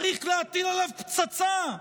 צריך להטיל עליו פצצה.